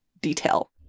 detail